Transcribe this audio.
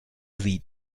sie